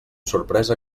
sorpresa